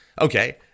okay